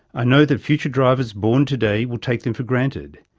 i know that future drivers born today will take them for granted,